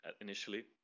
initially